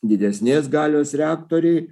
didesnės galios reaktoriai